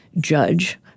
judge